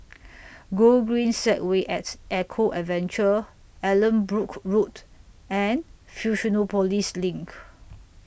Gogreen Segway At Eco Adventure Allanbrooke Road and Fusionopolis LINK